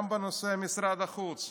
גם בנושא משרד החוץ.